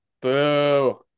Boo